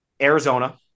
Arizona